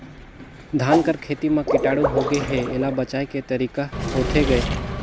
धान कर खेती म कीटाणु होगे हे एला बचाय के तरीका होथे गए?